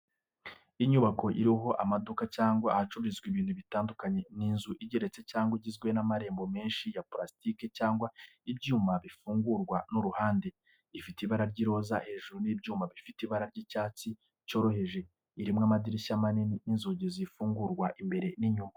Inyubako iriho amaduka cyangwa ahacururizwa ibintu bitandukanye. Ni inzu igeretse cyangwa igizwe n’amarembo menshi ya purasitiki cyangwa ibyuma bifungurwa n’uruhande. Ifite ibara ry'iroza hejuru n’ibyuma bifite ibara ry’icyatsi cyoroheje. Irimo amadirishya manini n’inzugi zifungurwa imbere n’inyuma.